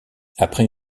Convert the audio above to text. après